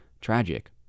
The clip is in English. tragic